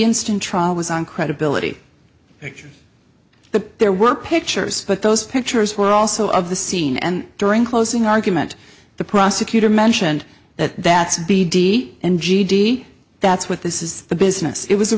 instant trial was on credibility after the there were pictures but those pictures were also of the scene and during closing argument the prosecutor mentioned that that's b d n g d that's what this is the business it was a